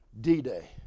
D-Day